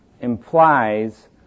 implies